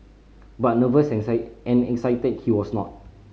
but nervous and and excited he was not